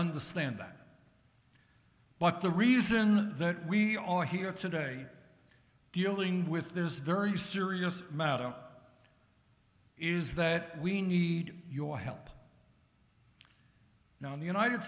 understand that but the reason that we are here today dealing with this very serious matter is that we need your help now in the united